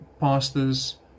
pastors